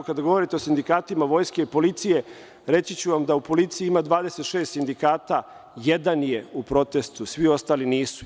A kada govorite o sindikatima Vojske i policije, reći ću vam da u policiji ima 26 sindikata, jedan je u protestu, a svi ostali nisu.